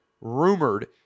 rumored